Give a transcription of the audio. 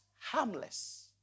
harmless